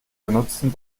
benutzen